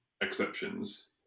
exceptions